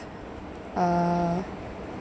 uh